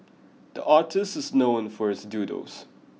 the artist is known for his doodles